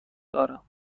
دارم